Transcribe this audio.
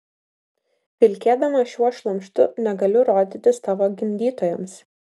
vilkėdama šiuo šlamštu negaliu rodytis tavo gimdytojams